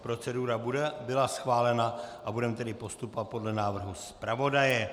Procedura byla schválena a budeme tedy postupovat podle návrhu zpravodaje.